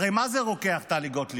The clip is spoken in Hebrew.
הרי מה זה רוקח, טלי גוטליב?